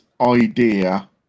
idea